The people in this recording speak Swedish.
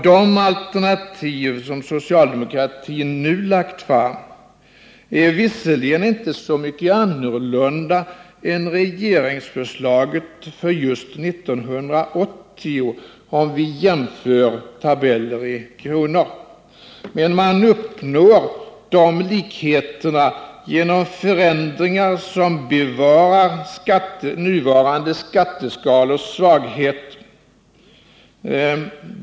De alternativ som socialdemokratin nu lagt fram är visserligen inte så mycket annorlunda än regeringsförslaget för just 1980, om vi jämför tabeller i kronor, men socialdemokraterna uppnår de likheterna genom förändringar som bevarar nuvarande skatteskalors svaghet.